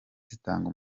zitanga